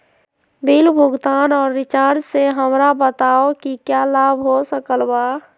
Bill भुगतान और recharge से हमरा बताओ कि क्या लाभ हो सकल बा?